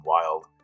wild